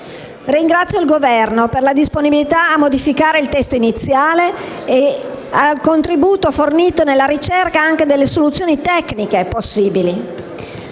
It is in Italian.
e il Governo, per la disponibilità a modificare il testo iniziale e per il contributo fornito nella ricerca delle soluzioni tecniche possibili.